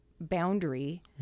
boundary